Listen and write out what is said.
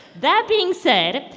that being said,